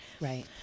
right